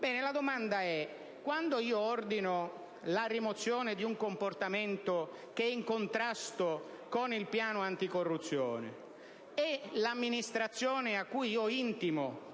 La domanda è: quando ordino la rimozione di un comportamento che è in contrasto con il piano anticorruzione e l'amministrazione a cui intimo